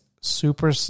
super